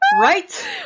right